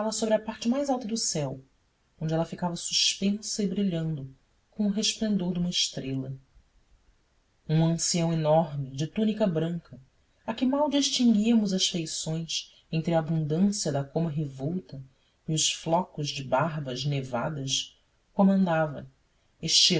sobre a parte mais alta do céu onde ela ficava suspensa e brilhando com o resplendor de uma estrela um ancião enorme de túnica branca a que mal distinguíamos as feições entre a abundância da coma revolta e os flocos de barbas nevadas comandava